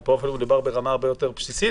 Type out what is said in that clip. אבל פה מדובר אפילו ברמה הרבה יותר בסיסית